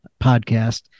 podcast